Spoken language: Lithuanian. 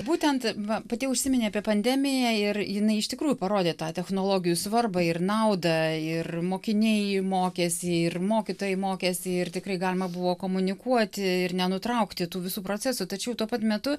būtent va pati užsiminei apie pandemiją ir jinai iš tikrųjų parodė tą technologijų svarbą ir naudą ir mokiniai mokėsi ir mokytojai mokėsi ir tikrai galima buvo komunikuoti ir nenutraukti tų visų procesų tačiau tuo pat metu